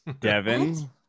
Devin